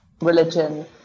religion